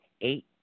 eight